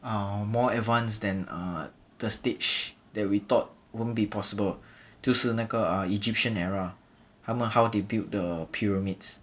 a more advanced than uh the stage that we thought wouldn't be possible 就是 uh 那个 egyptian era 他们 how they built the pyramids